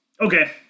Okay